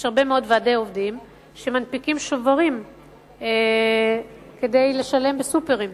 יש הרבה מאוד ועדי עובדים שמנפיקים שוברים כדי לשלם בסופֶּרים.